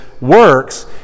works